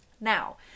Now